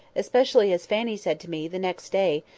especially as fanny said to me, the next day,